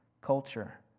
culture